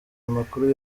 amakuru